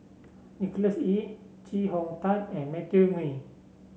Nicholas Ee Chee Hong Tat and Matthew Ngui